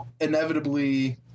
inevitably